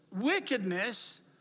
wickedness